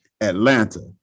Atlanta